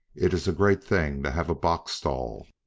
it is a great thing to have a box stall.